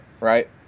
right